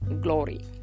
glory